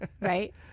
Right